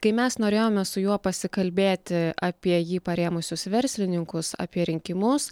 kai mes norėjome su juo pasikalbėti apie jį parėmusius verslininkus apie rinkimus